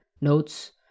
notes